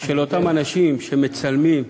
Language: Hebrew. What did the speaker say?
של אותם אנשים שמצלמים.